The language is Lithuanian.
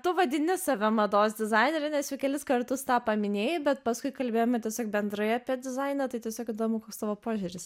tu vadini save mados dizainere nes jau kelis kartus tą paminėjai bet paskui kalbėjome tiesiog bendroje apie dizainą tai tiesiog įdomu koks tavo požiūris